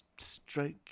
stroke